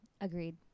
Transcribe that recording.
Agreed